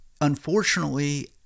unfortunately